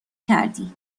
کردی